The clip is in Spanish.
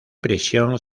prisión